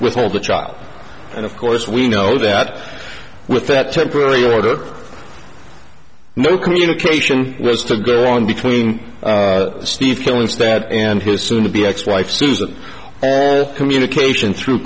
withhold the child and of course we know that with that temporary order no communication was to go on between steve hill instead and his soon to be ex wife susan communication through